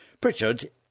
Pritchard